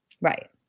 Right